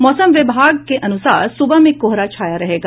मौसम विभाग के अनुसार सुबह में कोहरा छाया रहेगा